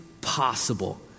possible